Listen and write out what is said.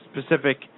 specific